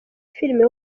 filime